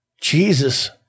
Jesus